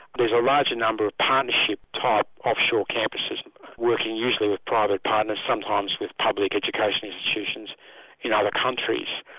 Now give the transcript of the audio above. there's a larger number of partnership-type offshore campuses working usually with private partners, sometimes with public education institutions in other countries.